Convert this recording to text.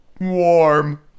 warm